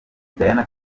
diana